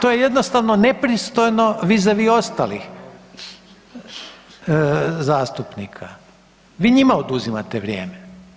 To je jednostavno nepristojno vis a vis ostalih zastupnika, vi njima oduzimate vrijeme.